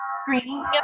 Screening